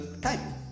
time